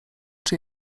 czy